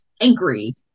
Angry